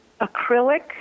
acrylic